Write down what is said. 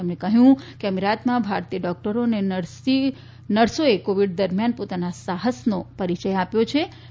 તેમણે કહયું કે અમીરાતમાં ભારતીય ડોકટરો અને નર્સીંગચે કોવિડ દરમિયન પોતાના સાહસનો પરિચય આપી ચુકયા છે